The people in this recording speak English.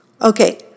Okay